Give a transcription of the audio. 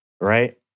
right